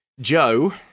Joe